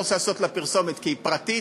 לא רוצה לעשות לה פרסומת כי היא פרטית,